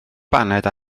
baned